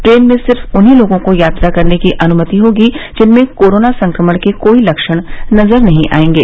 train में सिर्फ उन्हीं लोगों को यात्रा करने की अनुमति होगी जिनमें कोरोना संक्रमण के कोई लक्षण नजर नहीं आएंगे